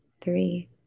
three